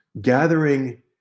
gathering